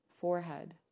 Forehead